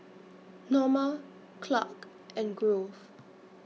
Norma Clark and Grove